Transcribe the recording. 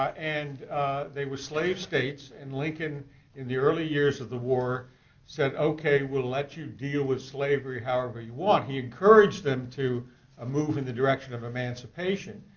and were slave states and lincoln in the early years of the war said, okay, we'll let you deal with slavery however you want. he encouraged them to ah move in the direction of emancipation.